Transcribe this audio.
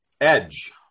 Edge